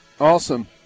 Awesome